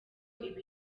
ibi